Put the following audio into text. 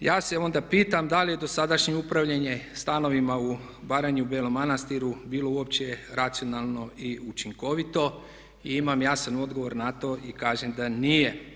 Ja se onda pitam da li je dosadašnje upravljanje stanovima u Baranji, u Belom Manastiru bilo uopće racionalno i učinkovito i imam jasan odgovor na to i kažem da nije.